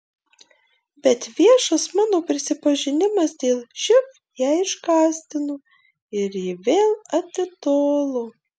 bet viešas mano prisipažinimas dėl živ ją išgąsdino ir ji vėl atitolo